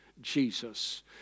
Jesus